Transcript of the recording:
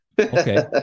Okay